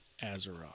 Azeroth